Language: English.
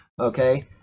Okay